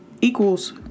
equals